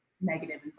negative